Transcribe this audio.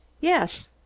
Yes